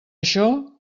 això